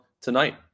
tonight